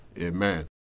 Amen